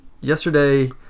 yesterday